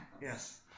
Yes